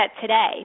today